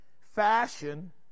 fashion